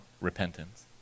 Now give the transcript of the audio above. repentance